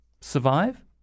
Survive